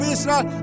Israel